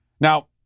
Now